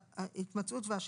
והשגחה,